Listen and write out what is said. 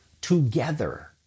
together